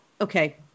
okay